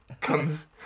comes